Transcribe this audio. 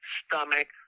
stomach